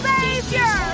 Savior